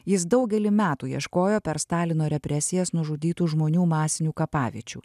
jis daugelį metų ieškojo per stalino represijas nužudytų žmonių masinių kapaviečių